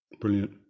brilliant